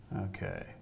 Okay